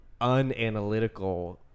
unanalytical